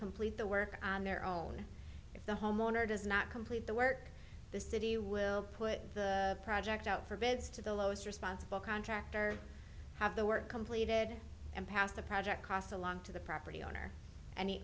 complete the work on their own if the homeowner does not complete the work the city will put the project out for bids to the lowest responsible contractor have the work completed and pass the project cost along to the property owner an